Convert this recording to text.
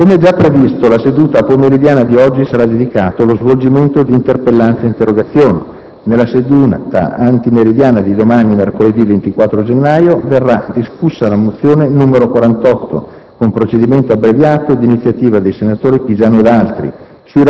Come già previsto, la seduta pomeridiana di oggi sarà dedicata allo svolgimento di interpellanze e interrogazioni. Nella seduta antimeridiana di domani, mercoledì 24 gennaio, verrà discussa la mozione n. 48 con procedimento abbreviato, di iniziativa dei senatori Pisanu ed altri,